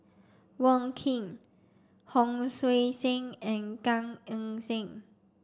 Wong Keen Hon Sui Sen and Gan Eng Seng